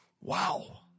Wow